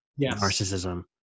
narcissism